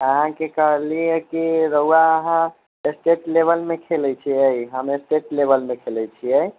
अहाँके कहली अइ कि रउवा अहाँ एस्टेट लेवलमे खेलै छिए हम स्टेट लेवलमे खेलै छिए